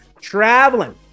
traveling